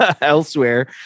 elsewhere